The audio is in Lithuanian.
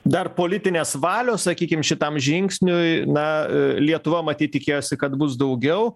dar politinės valios sakykime šitam žingsniui na lietuva matyt tikėjosi kad bus daugiau